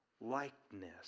likeness